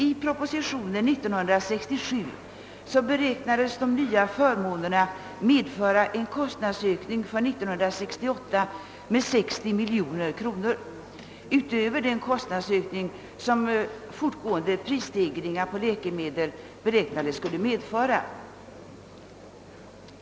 I den proposition i ärendet som framlades 1967 beräknade man att de nya läkemedelsförmånerna skule komma att medföra en kostnadsökning på 60: miljoner kronor för 1968, alltså utöver den fortgående prisstegringen. på läkemedel.